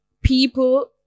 people